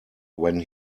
when